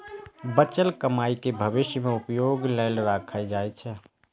बचल कमाइ कें भविष्य मे उपयोग लेल राखल जाइ छै